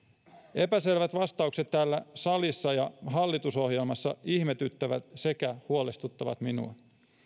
epäselvät vastaukset täällä salissa ja hallitusohjelmassa ihmetyttävät sekä huolestuttavat minua